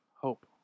Hope